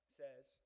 says